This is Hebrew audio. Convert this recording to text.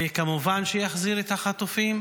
וכמובן שיחזיר את החטופים,